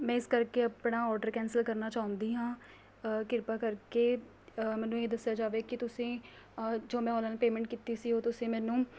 ਮੈਂ ਇਸ ਕਰਕੇ ਆਪਣਾ ਔਡਰ ਕੈਂਸਲ ਕਰਨਾ ਚਾਹੁੰਦੀ ਹਾਂ ਕਿਰਪਾ ਕਰਕੇ ਮੈਨੂੰ ਇਹ ਦੱਸਿਆ ਜਾਵੇ ਕਿ ਤੁਸੀਂ ਜੋ ਮੈਂ ਔਨਲਾਈਨ ਪੇਮੈਂਟ ਕੀਤੀ ਸੀ ਉਹ ਤੁਸੀਂ ਮੈਨੂੰ